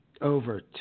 over